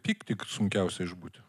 pyktį sunkiausia išbūti